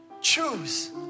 Choose